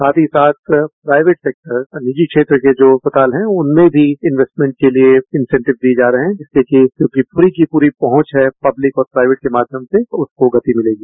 साथ हीसाथ private sector निजी क्षेत्र के जो अस्पताल हैं उनमें भी इन्वेस्टमेंट के लिए इन्सेंटिव दियेजा रहे हैं जिससे की उनकी पूरी की पूरी पहुंच है पब्लिक और प्राइवेट के माध्यम से उसको गति मिलेगी